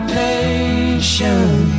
patience